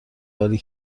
ولی